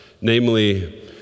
namely